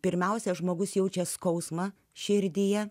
pirmiausia žmogus jaučia skausmą širdyje